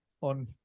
on